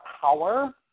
power